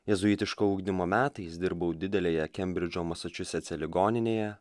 jėzuitiško ugdymo metais dirbau didelėje kembridžo masačusetse ligoninėje